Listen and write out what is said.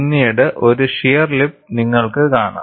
പിന്നീട് ഒരു sheer lip നിങ്ങൾക്കു കാണാം